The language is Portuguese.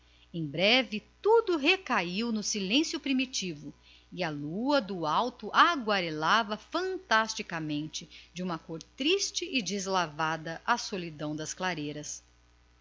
em breve tudo recaiu no silêncio primitivo e a lua do alto baldeava com a sua luz misteriosa e triste a solidão das clareiras